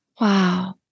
Wow